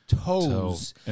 toes